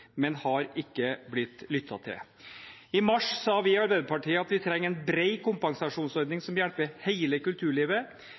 men har ikke blitt lyttet til. I mars sa vi i Arbeiderpartiet at vi trenger en bred kompensasjonsordning